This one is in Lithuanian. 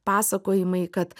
pasakojimai kad